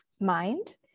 mind